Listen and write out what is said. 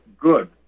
good